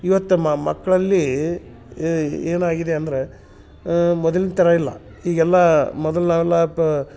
ಇವತ್ತು ಮಕ್ಕಳಲ್ಲಿ ಏನಾಗಿದೆ ಅಂದರೆ ಮೊದಲಿನ ಥರ ಇಲ್ಲ ಈಗೆಲ್ಲ ಮೊದಲು ನಾವೆಲ್ಲ ಬ